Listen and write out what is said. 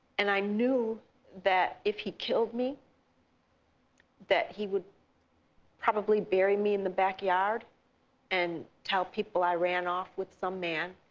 and i knew that if he killed me that he would probably bury me in the backyard and tell people i ran off with some man.